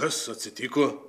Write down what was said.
kas atsitiko